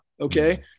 okay